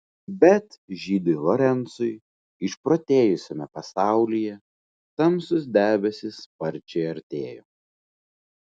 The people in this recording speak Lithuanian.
bet žydui lorencui išprotėjusiame pasaulyje tamsūs debesys sparčiai artėjo